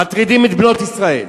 מטרידים את בנות ישראל,